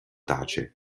tace